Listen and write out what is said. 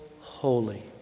holy